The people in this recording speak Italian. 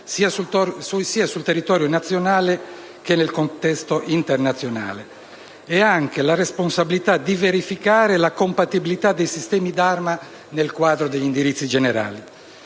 sia sul territorio nazionale che nel contesto internazionale; ha altresì la responsabilità di verificare la compatibilità dei sistemi d'arma nel quadro degli indirizzi generali.